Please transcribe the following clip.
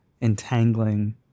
entangling